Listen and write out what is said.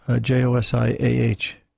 J-O-S-I-A-H